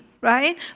right